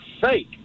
fake